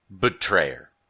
Betrayer